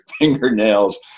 fingernails